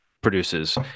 produces